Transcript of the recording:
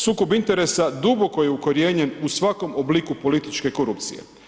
Sukob interesa duboko je ukorijenjen u svakom obliku političke korupcije.